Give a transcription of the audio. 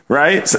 right